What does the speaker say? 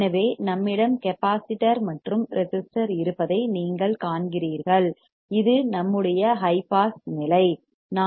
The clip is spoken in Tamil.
எனவே நம்மிடம் கெப்பாசிட்டர் மற்றும் ரெசிஸ்டர் இருப்பதை நீங்கள் காண்கிறீர்கள் இது நம்முடைய ஹை பாஸ் நிலை ஸ்டேஜ்